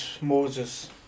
Moses